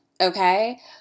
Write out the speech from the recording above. Okay